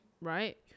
Right